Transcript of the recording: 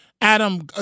adam